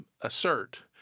assert